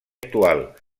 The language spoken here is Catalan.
actual